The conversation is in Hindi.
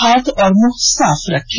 हाथ और मुंह साफ रखें